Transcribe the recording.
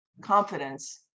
confidence